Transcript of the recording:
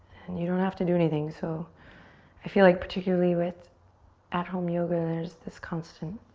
and you don't have to do anything, so i feel like particularly with at-home yoga, there's this constant